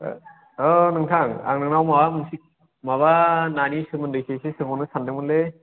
अ नोंथां आं नोंनाव माबा मोनसे माबा नानि सोमोन्दै एसे सोंहरनो सान्दोंमोनलै